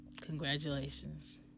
Congratulations